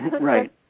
Right